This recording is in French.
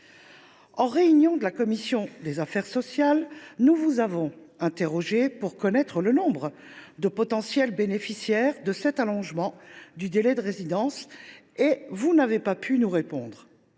à deux ans. En commission des affaires sociales, nous vous avons interrogés pour connaître le nombre de potentiels bénéficiaires après cet allongement du délai de résidence : vous n’avez pas pu nous répondre.